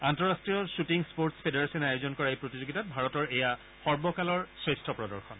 আন্তঃৰাষ্ট্ৰীয shooting sports ফেডাৰেচনে আয়োজন কৰা এই প্ৰতিযোগিতাত ভাৰতৰ এয়া সৰ্বকালৰ শ্ৰেষ্ঠ প্ৰদৰ্শন